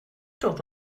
dod